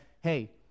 hey